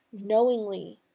knowingly